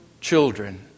children